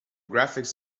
graphics